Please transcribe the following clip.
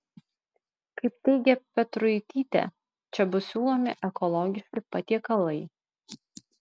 kaip teigė petruitytė čia bus siūlomi ekologiški patiekalai